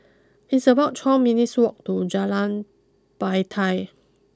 it's about twelve minutes' walk to Jalan Batai